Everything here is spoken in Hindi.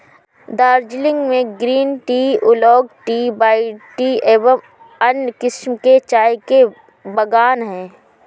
दार्जिलिंग में green tea, oolong tea, white tea एवं अन्य किस्म के चाय के बागान हैं